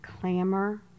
clamor